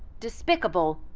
despicable,